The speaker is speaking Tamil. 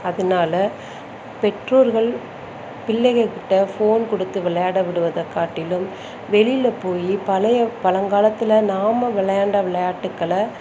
அதனால பெற்றோர்கள் பிள்ளைகக்கிட்ட ஃபோன் கொடுத்து விளையாட விடுவதைக்காட்டிலும் வெளியில போய் பழைய பழங்காலத்தில் நாம விளையாண்ட விளையாட்டுகளை